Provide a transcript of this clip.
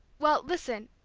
well, listen,